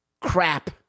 crap